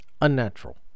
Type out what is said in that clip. unnatural